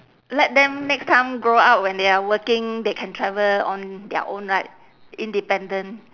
let them next time grow up when they are working they can travel on their own right independent